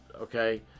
okay